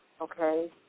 okay